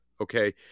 Okay